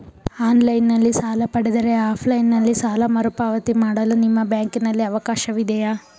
Online ನಲ್ಲಿ ಸಾಲ ಪಡೆದರೆ ಆಫ್ಲೈನ್ ನಲ್ಲಿ ಸಾಲ ಮರುಪಾವತಿ ಮಾಡಲು ನಿಮ್ಮ ಬ್ಯಾಂಕಿನಲ್ಲಿ ಅವಕಾಶವಿದೆಯಾ?